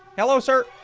hello, sir,